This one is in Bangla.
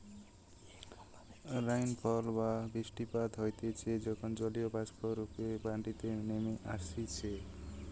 রাইনফল বা বৃষ্টিপাত হতিছে যখন জলীয়বাষ্প রূপে মাটিতে নেমে আইসে